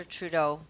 Trudeau